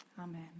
Amen